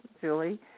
Julie